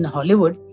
Hollywood